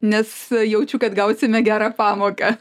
nes jaučiu kad gausime gerą pamoką